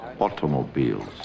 automobiles